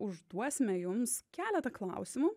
užduosime jums keletą klausimų